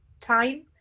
time